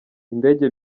indege